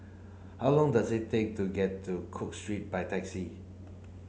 how long does it take to get to Cook Street by taxi